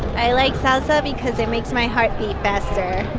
i like salsa because it makes my heart beat faster.